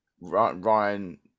Ryan